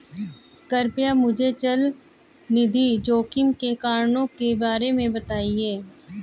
कृपया मुझे चल निधि जोखिम के कारणों के बारे में बताएं